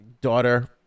daughter